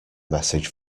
message